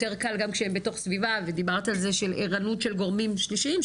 יותר קל גם שהם בתוך סביבה ודיברת על זה של ערנות של גורמים שלישיים,